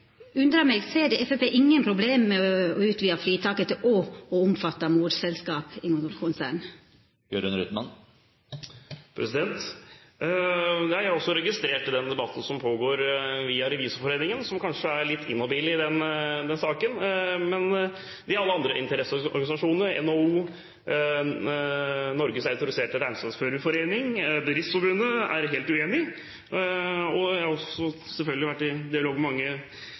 undrar meg: Ser Framstegspartiet ingen problem med å utvida fritaket til òg å omfatta morselskap i konsern? Jeg har også registrert den debatten som pågår via Revisorforeningen, som kanskje er litt inhabil i denne saken. Men de andre interesseorganisasjonene – NHO, Norges Autoriserte Regnskapsføreres Forening og Bedriftsforbundet – er helt uenig. Jeg har selvfølgelig også vært i dialog med mange